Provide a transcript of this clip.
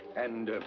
and,